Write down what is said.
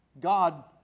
God